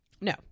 No